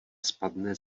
spadne